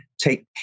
take